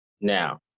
Now